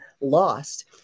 lost